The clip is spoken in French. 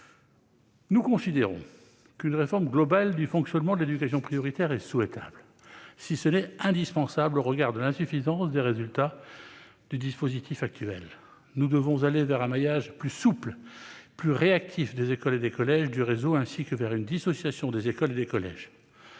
Nous considérons qu'une réforme globale du fonctionnement de l'éducation prioritaire est souhaitable, pour ne pas dire indispensable, au regard de l'insuffisance des résultats du dispositif actuel. Nous devons aller vers un maillage plus souple et plus réactif des écoles et des collèges du réseau ainsi que vers une dissociation des écoles et des collèges.